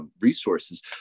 resources